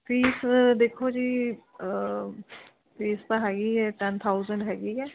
fees ਦੇਖੋ ਜੀ fees ਤਾਂ ਹੈਗੀ ਏ ਟੈਨ ਥਾਊਸੰਡ ਹੈਗੀ ਹੈ